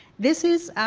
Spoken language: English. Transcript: this is